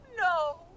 No